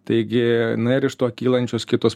taigi na ir iš to kylančios kitos